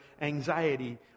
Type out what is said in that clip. anxiety